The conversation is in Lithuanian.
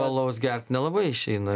alaus gert nelabai išeina